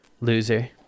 loser